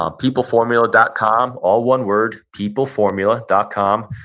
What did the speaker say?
um peopleformula dot com. all one word, peopleformula dot com.